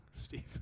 Steve